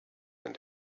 and